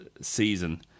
season